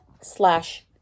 slash